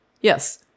Yes